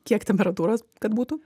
kiek temperatūros kad būtų